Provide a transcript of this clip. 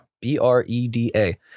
B-R-E-D-A